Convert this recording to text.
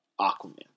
Aquaman